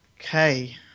Okay